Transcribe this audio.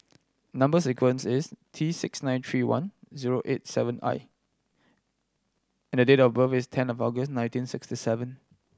number sequence is T six nine three one zero eight seven I and the date of birth is ten of August nineteen sixty seven